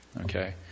Okay